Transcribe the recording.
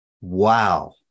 Wow